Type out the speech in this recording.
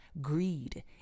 greed